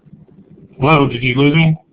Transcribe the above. hello? did you lose me?